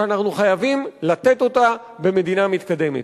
שאנחנו חייבים לתת אותה במדינה מתקדמת.